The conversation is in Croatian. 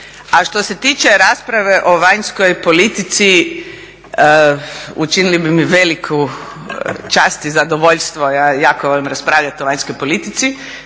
A što se tiče rasprave o vanjskoj politici, učinili bi mi veliku čast i zadovoljstvo, ja jako volim raspravljati o vanjskoj politici,